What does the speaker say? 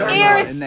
ears